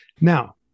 Now